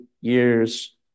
years